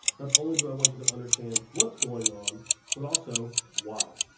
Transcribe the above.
but only do i want you to understand what's going on but also why.